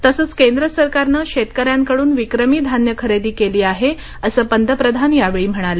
तसंच केंद्र सरकारनं शेतकऱ्यांकडून विक्रमी धान्य खरेदी केली आहे असं पंतप्रधान यावेळी म्हाणाले